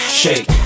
shake